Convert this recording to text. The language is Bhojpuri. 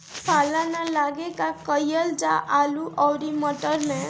पाला न लागे का कयिल जा आलू औरी मटर मैं?